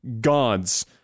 gods